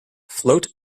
float